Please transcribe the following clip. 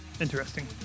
Interesting